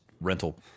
rental